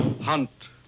hunt